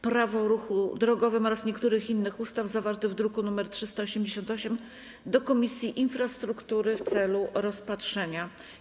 Prawo o ruchu drogowym oraz niektórych innych ustaw, zawarty w druku nr 388, do Komisji Infrastruktury w celu rozpatrzenia.